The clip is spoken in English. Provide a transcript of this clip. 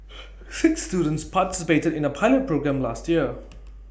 six students participated in A pilot programme last year